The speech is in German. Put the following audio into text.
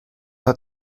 hat